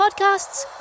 podcasts